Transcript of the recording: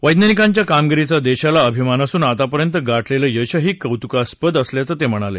वैज्ञानिकांच्या कामगिरीचा देशाला अभिमान असून आतापर्यंत गाठलेलं यशही कौतुकास्पद असल्याचं ते म्हणाले